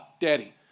daddy